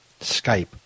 Skype